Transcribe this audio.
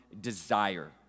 desire